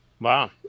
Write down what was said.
Wow